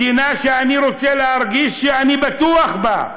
מדינה שאני רוצה להרגיש שאני בטוח בה,